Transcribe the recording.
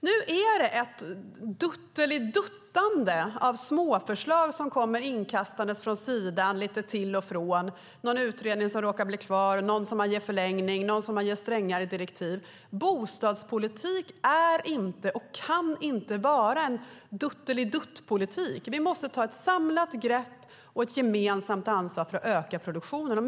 Nu är det ett "dutteliduttande" av småförslag som kommer inkastade från sidan lite till och från. Det är någon utredning som råkar bli kvar, någon man ger förlängning och någon man ger strängare direktiv. Bostadspolitik är inte och kan inte vara en "duttelidutt"-politik. Vi måste ta ett samlat grepp och ett gemensamt ansvar för att öka produktionen.